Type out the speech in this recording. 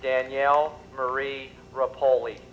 danielle marie rope ol